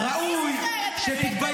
ביום שבו